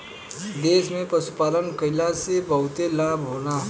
देश में पशुपालन कईला से बहुते लाभ होला